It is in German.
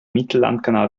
mittellandkanal